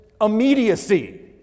immediacy